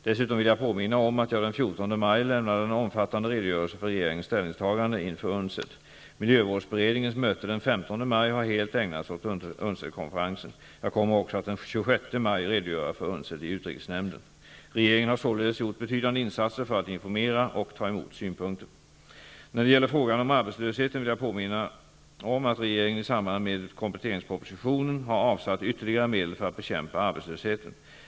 Dessutom vill jag påminna om att jag den 14 maj lämnade en omfattande redogörelse för regeringens ställningstaganden inför UNCED. Miljövårdsberedningens möte den 15 maj har helt ägnats åt UNCED-konferensen. Jag kommer också att den 26 maj redogöra för UNCED i utrikesnämnden. Regeringen har således gjort betydande insatser för att informera och ta emot synpunkter. När det gäller frågan om arbetslösheten vill jag påminna om att regeringen i samband med kompletteringspropositionen har avsatt ytterligare medel för att bekämpa arbetslösheten.